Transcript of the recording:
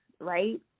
right